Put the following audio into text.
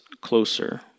closer